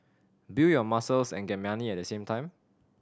build your muscles and get money at the same time